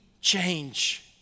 change